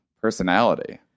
personality